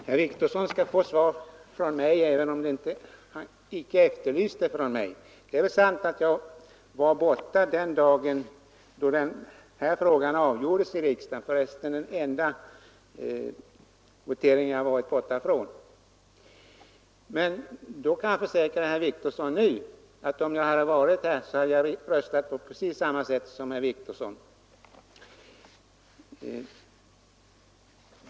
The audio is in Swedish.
Herr talman! Herr Wictorsson skall få ett svar från mig, även om det inte var från mig han ville ha ett svar. Det är sant att jag var borta den dag då denna fråga avgjordes i riksdagen — för resten den enda votering som jag varit borta från. Men jag kan försäkra herr Wictorsson att om jag varit närvarande, så hade jag röstat på precis samma sätt som herr Wictorsson.